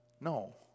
No